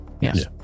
Yes